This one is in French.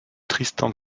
tristan